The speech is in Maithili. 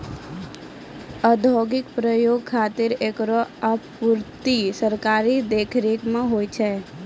औद्योगिक प्रयोग खातिर एकरो आपूर्ति सरकारी देखरेख म होय छै